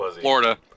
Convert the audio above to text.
florida